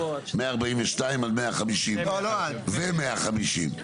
142 ו-150.